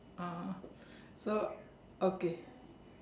ah so okay